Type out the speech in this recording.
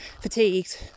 fatigued